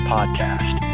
Podcast